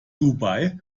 dubai